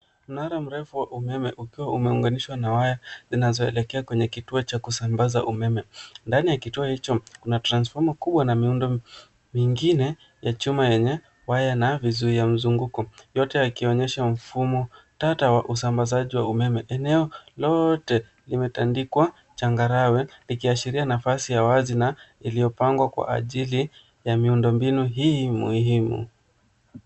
Mnara mrefu wa umeme ukiwa umeunganishwa na waya zinazoelekea kwenye kituo cha kusambaza umeme, ndani ya kituo hicho kuna transfoma kubwa na miundo mingine ya chuma yenye waya na vizu ya mzunguko yote yakionyesha mfumo tata wa usambazaji umeme. Eneo lote limetandikwa changarawe likiashiria nafasi ya wazina iliopangwa kwa ajili ya miundombinu hii muihimu.